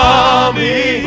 army